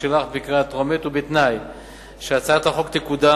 שלך בקריאה טרומית ובתנאי שהצעת החוק שתקודם